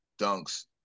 dunks